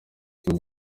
king